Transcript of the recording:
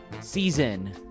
season